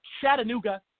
Chattanooga